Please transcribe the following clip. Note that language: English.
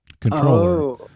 controller